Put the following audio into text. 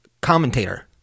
commentator